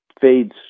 fades